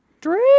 Drake